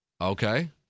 Okay